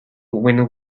when